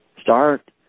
Start